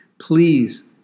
Please